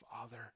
father